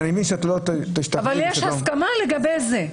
אבל יש הסכמה לגבי זה,